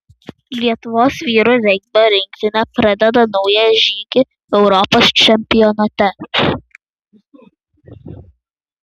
lietuvos vyrų regbio rinktinė pradeda naują žygį europos čempionate